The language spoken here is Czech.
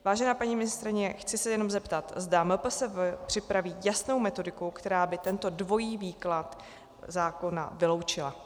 Vážená paní ministryně, chci se jenom zeptat, zda MPSV připraví jasnou metodiku, která by tento dvojí výklad zákona vyloučila.